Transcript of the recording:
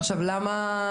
נכון?